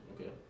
okay